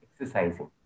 exercising